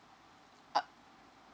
uh